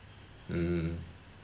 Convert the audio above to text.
mm